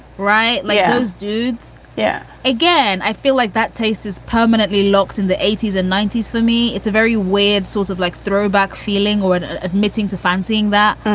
right. leo's dudes. yeah. again, i feel like that taste is permanently locked in the eighty s and ninety s for me. it's a very weird sort of like throwback feeling or admitting to fancying that.